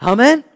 Amen